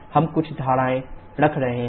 हम कुछ धारणाएं रख रहे हैं